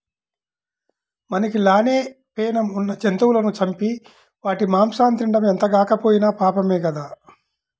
మనకి లానే పేణం ఉన్న జంతువులను చంపి వాటి మాంసాన్ని తినడం ఎంతగాకపోయినా పాపమే గదా